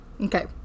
Okay